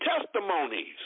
testimonies